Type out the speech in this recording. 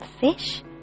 fish